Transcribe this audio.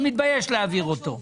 אני מתבייש להעביר אותו.